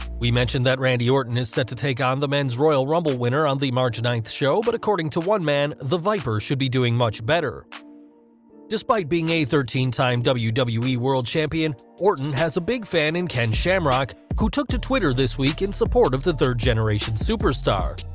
we mentioned that randy orton is set to take on the men's royal rumble winner on the march ninth show, but according to one man, the viper should be doing much better despite being a thirteen time wwe wwe world champion, orton has a big fan in ken shamrock, who took to twitter this week in support of the third-generation superstar.